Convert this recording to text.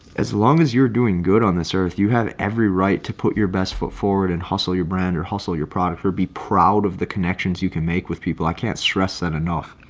as long as you're doing good on this earth, you have every right to put your best foot forward and hustle your brand or hustle your product or be proud of the connections you can make with people. i can't stress that enough.